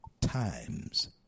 times